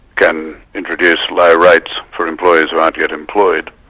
can introduce low rates for employees who aren't yet employed.